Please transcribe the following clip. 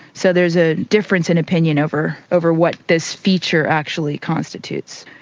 so there's a difference in opinion over over what this feature actually constitutes.